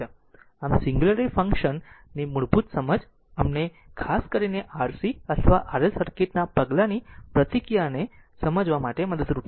આમ singularity function ની મૂળભૂત સમજ અમને ખાસ કરીને RC અથવા RL સર્કિટ ના પગલાની પ્રતિક્રિયાને સમજવામાં મદદ કરશે